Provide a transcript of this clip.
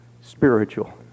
spiritual